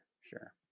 Sure